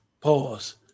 pause